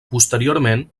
posteriorment